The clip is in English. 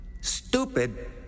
stupid